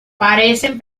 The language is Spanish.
parecen